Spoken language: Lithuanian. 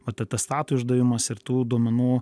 atatatestato išdavimas ir tų duomenų